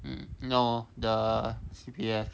um no the C_P_F